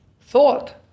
thought